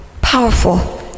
powerful